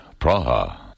Praha